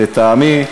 לטעמי,